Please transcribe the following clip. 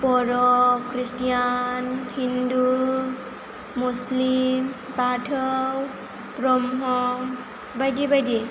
बर' खृष्टियान हिन्दु मुस्लिम बाथौ ब्रह्म बायदि बायदि